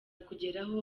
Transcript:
kugeraho